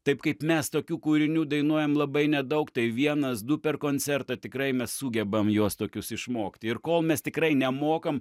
taip kaip mes tokių kūrinių dainuojam labai nedaug tai vienas du per koncertą tikrai mes sugebam juos tokius išmokt ir kol mes tikrai nemokam